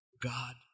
God